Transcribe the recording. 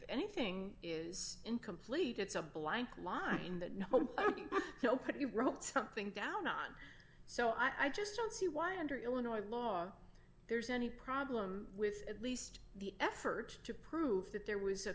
ything is incomplete it's a blank line that no no put you wrote something down not so i just don't see why under illinois law there's any problem with at least the effort to prove that there was a